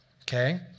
Okay